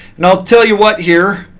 and i'll tell you what here.